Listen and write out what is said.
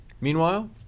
Meanwhile